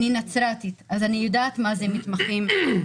אני נצרתית, אז אני יודעת מה זה מתמחים ברפואה.